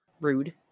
Rude